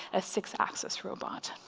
a six axis robot.